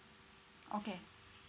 okay